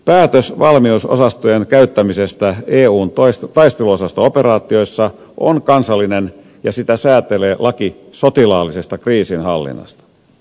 päätös valmiusosastojen käyttämisestä eun taisteluosasto operaatioissa on kansallinen ja sitä säätelee laki sotilaallisesta kriisinhallinnasta